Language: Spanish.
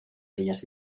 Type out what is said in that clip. bellas